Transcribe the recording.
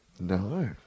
No